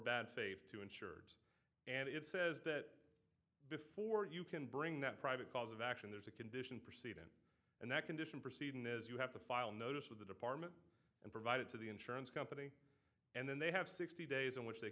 faith to insure and it says that before you can bring that private cause of action there's a condition proceed and that condition proceeding is you have to file a notice with the department and provided to the insurance company and then they have sixty days in which they